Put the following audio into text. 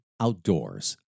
outdoors